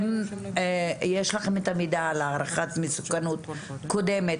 יש לכם את המידע על הערכת מסוכנות קודמת